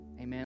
Amen